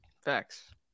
Facts